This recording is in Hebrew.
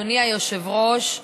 אדוני היושב-ראש,